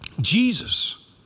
Jesus